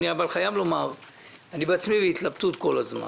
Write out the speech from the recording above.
אני חייב לומר שאני בעצמי בהתלבטות כל הזמן.